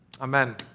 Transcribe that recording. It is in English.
Amen